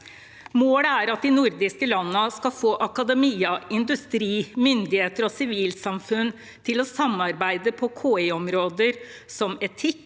Målet er at de nor diske landene skal få akademia, industri, myndigheter og sivilsamfunn til å samarbeide på KI-områder som etikk,